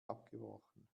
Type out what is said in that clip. abgebrochen